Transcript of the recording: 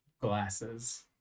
glasses